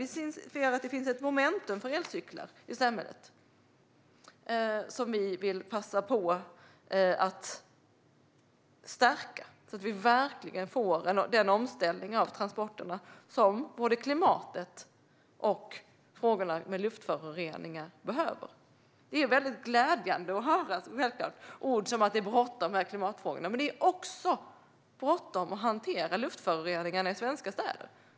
Vi ser att det finns ett momentum för elcyklar i samhället som vi vill passa på att stärka så att vi verkligen får den omställning av transporterna som behövs för klimatet och för att minska luftföroreningen. Det är glädjande att höra Maria Malmer Stenergard säga att det är bråttom med klimatfrågorna. Men det är också bråttom att hantera luftföroreningarna i svenska städer.